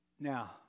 Now